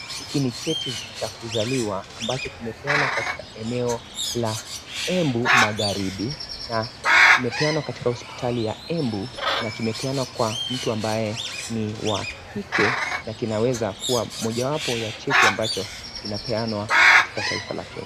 Hiki ni cheti cha kuzaliwa, ambacho kimepeanwa katika eneo la Embu Magharibi na kimepeanwa katika hospitali ya Embu na kimepeanwa kwa mtu ambaye, ni wa kike na kinaweza kuwa moja wapo ya cheti ambacho kinapeanwa katika taifa la Kenya.